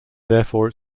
therefore